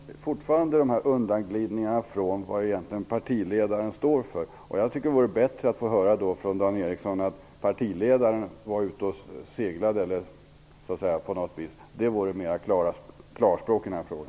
Fru talman! Fortfarande är det bara dessa undanglidningar från vad partiledaren egentligen står för, som vi för höra. Det vore bättre att från Dan Ericsson i Kolmården få höra att partiledaren var så att säga ute och cyklade; det vore mer klarspråk i denna fråga.